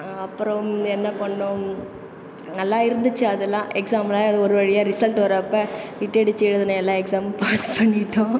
அப்புறம் என்ன பண்ணும் நல்லா இருந்துச்சு அதெல்லாம் எக்ஸாம்மில் அது ஒரு வழியாக ரிசல்ட் வரப்போ பிட்டு அடிச்சு எழுதின எல்லா எக்ஸாமும் பாஸ் பண்ணிவிட்டோம்